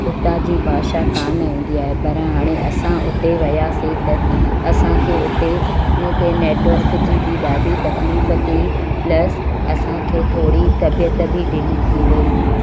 हुतां जी भाषा कानि ईंदी आहे पर हाणे असां उते वियासीं त असांखे उते नैटवर्क जी बि ॾाढी तकलीफ़ थी प्लस असांखे थोरी तबीअत बि ढीली थी वई